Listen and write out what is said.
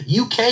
UK